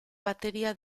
batería